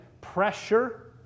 pressure